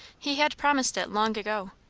he had promised it long ago.